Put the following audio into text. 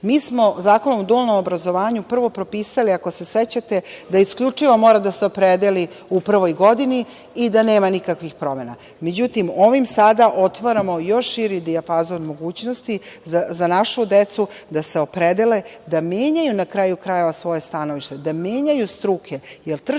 smo Zakonom o dualnom obrazovanju prvo propisali, ako se sećate, da isključivo mora da se opredeli u prvoj godini i da nema nikakvih promena. Međutim, ovim sada otvaramo još širi dijapazon mogućnosti za našu decu da se opredele da menjaju na kraju krajeva svoje stanovište, da menjaju struke, jer tržište